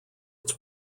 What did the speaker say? its